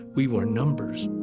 we were numbers.